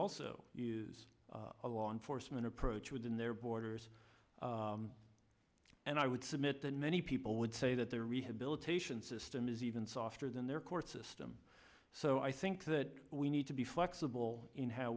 also use a law enforcement approach within their borders and i would submit that many people would say that their rehabilitation system is even softer than their court system so i think that we need to be flexible in how